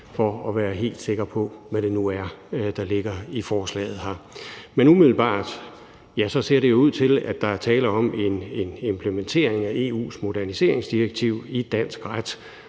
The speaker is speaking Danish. for at være helt sikre på, hvad det nu er, der ligger i forslaget her. Men umiddelbart ser det ud til, at der er tale om en implementering af EU's moderniseringsdirektiv i dansk ret,